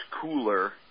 cooler